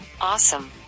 Awesome